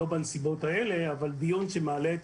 לא בנסיבות האלה אבל דיון שמעלה את